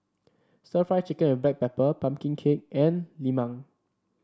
stir Fry Chicken with Black Pepper pumpkin cake and lemang